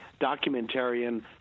documentarian